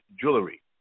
jewelry